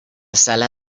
sala